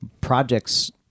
projects